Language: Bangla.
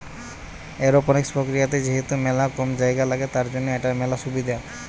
এরওপনিক্স প্রক্রিয়াতে যেহেতু মেলা কম জায়গা লাগে, তার জন্য এটার মেলা সুবিধা